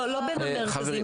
לא בין המרכזים.